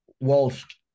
Whilst